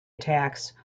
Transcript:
attacks